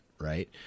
right